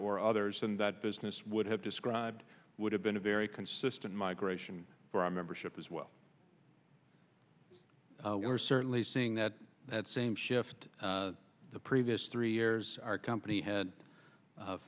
or others in that business would have described would have been a very consistent migration for our membership as well we are certainly seeing that that same shift the previous three years our company had